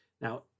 now